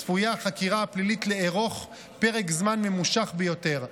צפויה החקירה הפלילית לארוך פרק זמן ממושך ביותר.